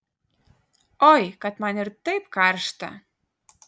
oi kad man ir taip karšta